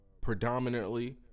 predominantly